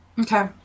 Okay